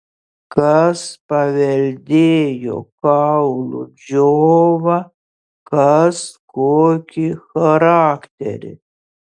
kas paveldėjo kaulų džiovą kas kokį charakterį